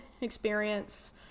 experience